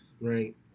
Right